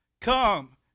Come